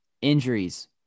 injuries